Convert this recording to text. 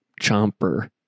Chomper